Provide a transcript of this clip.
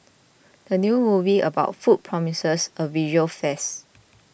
the new movie about food promises a visual feast